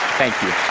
thank you.